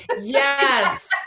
Yes